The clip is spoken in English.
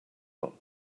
not